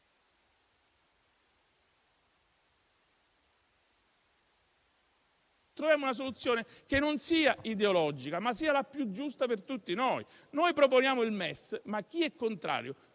Troviamo una soluzione che non sia ideologica, ma la più giusta per tutti noi. Noi proponiamo il MES, ma chi è contrario